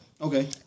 Okay